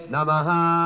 Namaha